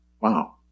Wow